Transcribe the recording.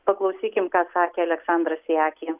paklausykim ką sakė aleksandras sijaki